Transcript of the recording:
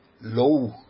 low